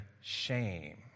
shame